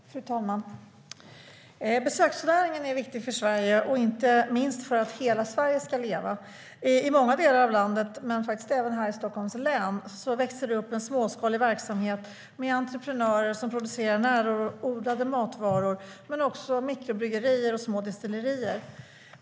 Fru talman! Besöksnäringen är viktig för Sverige, inte minst för att hela Sverige ska leva. I många delar av landet, även här i Stockholms län, växer det upp en småskalig verksamhet med entreprenörer som producerar närodlade matvaror, men också mikrobryggerier och små destillerier.